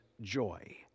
joy